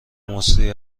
مسری